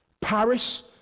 Paris